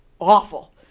awful